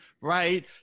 right